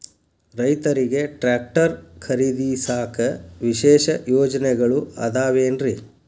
ರೈತರಿಗೆ ಟ್ರ್ಯಾಕ್ಟರ್ ಖರೇದಿಸಾಕ ವಿಶೇಷ ಯೋಜನೆಗಳು ಅದಾವೇನ್ರಿ?